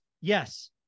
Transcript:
yes